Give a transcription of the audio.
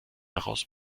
daraus